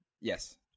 Yes